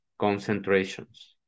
concentrations